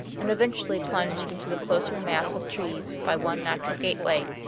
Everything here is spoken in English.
and eventually plunged into the closer mass of trees by one natural gateway,